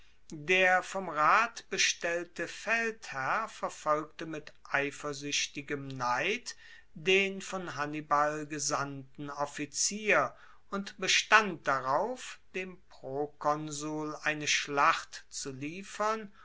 der vom rat bestellte feldherr verfolgte mit eifersuechtigem neid den von hannibal gesandten offizier und bestand darauf dem prokonsul eine schlacht zu liefern